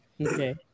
okay